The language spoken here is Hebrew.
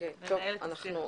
ננהל על זה דיון.